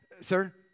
Sir